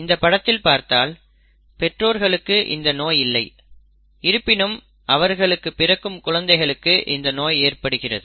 இந்தப் படத்தில் பார்த்தால் பெற்றோருக்கு இந்த நோய் இல்லை இருப்பினும் அவர்களுக்கு பிறக்கும் குழந்தைகளுக்கு இந்த நோய் ஏற்படுகிறது